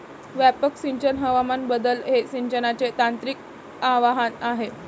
व्यापक सिंचन हवामान बदल हे सिंचनाचे तांत्रिक आव्हान आहे